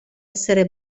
essere